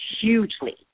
hugely